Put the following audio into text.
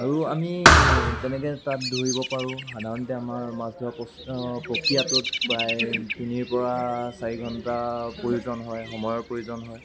আৰু আমি তেনেকৈ তাত ধৰিব পাৰোঁ সাধাৰণতে আমাৰ মাছ ধৰা পছ প্ৰক্ৰিয়াটোত প্ৰায় তিনিৰ পৰা চাৰি ঘণ্টাৰ প্ৰয়োজন হয় সময়ৰ প্ৰয়োজন হয়